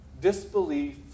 Disbelief